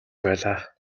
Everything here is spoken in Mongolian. байлаа